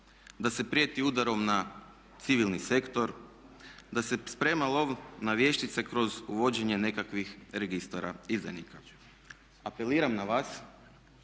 da se prijeti udarom na civilni sektor, da se sprema lov na vještice kroz uvođenje nekakvih registara izdajnika. Apeliram na vas